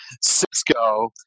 Cisco